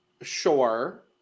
Sure